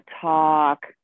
talk